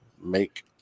make